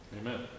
Amen